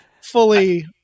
fully